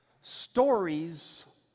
Stories